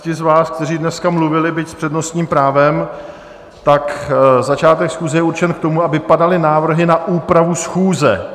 Ti z vás, kteří dneska mluvili, byť s přednostním právem, tak začátek schůze je určen k tomu, aby padaly návrhy na úpravu schůze.